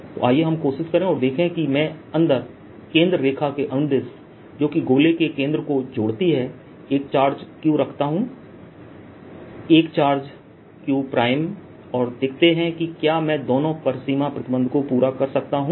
तो आइए हम कोशिश करें और देखें कि मैं अंदर केंद्र रेखा के अनुदिश जोकि गोले के केंद्र को जोड़ती है एक चार्ज q रखता हूं एक चार्ज q' और देखते है कि क्या मैं दोनों परिसीमा प्रतिबंध को पूरा कर सकता हूं